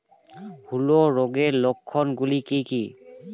হূলো রোগের লক্ষণ গুলো কি কি?